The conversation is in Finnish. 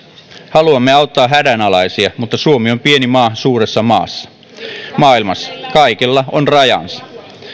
haluamme auttaa hädänalaisia mutta suomi on pieni maa suuressa maailmassa kaikella on rajansa